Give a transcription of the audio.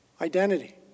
Identity